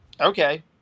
okay